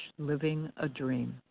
livingadream